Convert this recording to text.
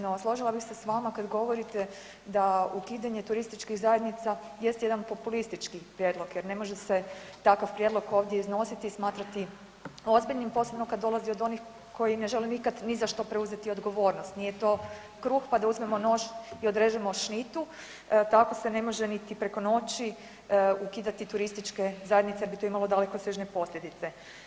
No, složila bi se s vama kad govorite da ukidanje turističkih zajednica jest jedan populistički prijedlog jer ne može se takav prijedlog ovdje iznositi i smatrati ozbiljnim posebno kad dolazi od onih koji ne žele nikad ni za što preuzeti odgovornost, nije to kruh pa da uzmemo nož i odrežemo šnitu tako se ne može niti preko noći ukidati turističke zajednice jer bi to imalo dalekosežne posljedice.